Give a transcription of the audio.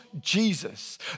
Jesus